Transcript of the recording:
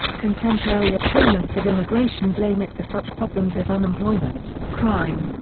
contemporary opponents of immigration blame it for such problems as unemployment, crime,